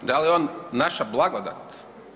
Da li je on naša blagodat?